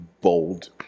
bold